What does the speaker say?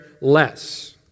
less